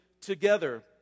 together